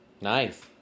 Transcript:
Nice